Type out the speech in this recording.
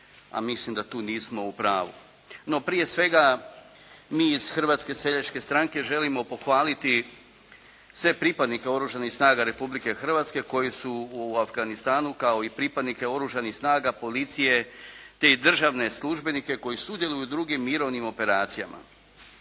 a mislim da tu nismo u pravu. No, prije svega, mi iz Hrvatske seljačke stranke želimo pohvaliti sve pripadnike Oružanih snaga Republike Hrvatske koji su u Afganistanu, kao i pripadnike Oružanih snaga policije, te državne službenike koji sudjeluju u drugim mirovnim operacijama.